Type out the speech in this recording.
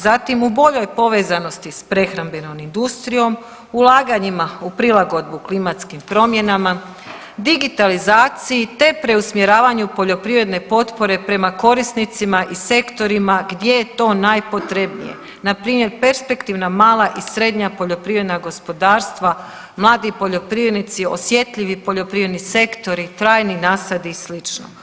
Zatim u boljoj povezanosti s prehrambenim industrijom, ulaganjima u prilagodbu klimatskim promjenama, digitalizaciji te preusmjeravanju poljoprivredne potpore prema korisnicima i sektorima gdje je to najpotrebnije npr. perspektivna mala i srednja poljoprivredna gospodarstva, mladi poljoprivrednici, osjetljivi poljoprivredni sektori, trajni nasadi i slično.